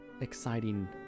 exciting